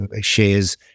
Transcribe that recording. shares